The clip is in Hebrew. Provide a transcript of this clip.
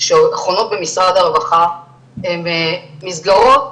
שחונות במשרד הרווחה הן מסגרות